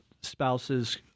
spouses